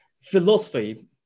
philosophy